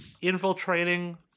infiltrating